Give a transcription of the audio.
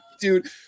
Dude